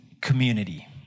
community